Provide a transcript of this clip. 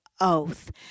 oath